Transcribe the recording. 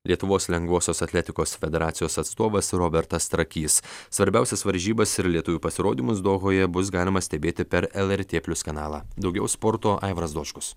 lietuvos lengvosios atletikos federacijos atstovas robertas trakys svarbiausias varžybas ir lietuvių pasirodymus dohoje bus galima stebėti per lrt plius kanalą daugiau sporto aivaras dočkus